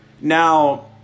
Now –